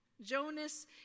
Jonas